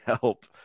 help